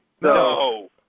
No